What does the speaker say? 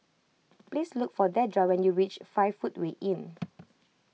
please look for Dedra when you reach five Footway Inn